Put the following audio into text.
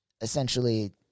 essentially